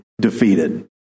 defeated